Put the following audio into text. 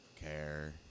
care